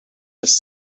was